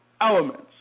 elements